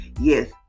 Yes